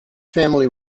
family